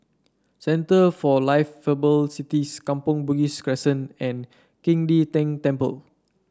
Centre for Liveable Cities Kampong Bugis Crescent and Qing De Tang Temple